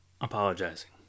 apologizing